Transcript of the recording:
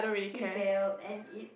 he failed and it's